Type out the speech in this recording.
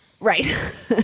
Right